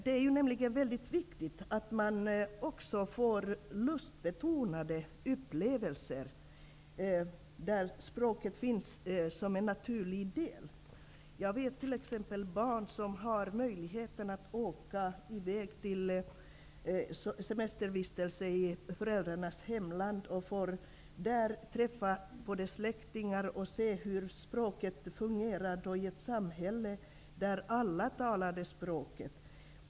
Det är nämligen viktigt att man också får lustbetonade upplevelser, och där hemspråket finns som en naturlig del. Jag känner till barn som har haft möjlighet att åka på semestervistelse i föräldrarnas hemland. Där har de både fått träffa släktingar och sett hur språket fungerar i ett samhälle där alla talar det språket.